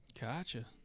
Gotcha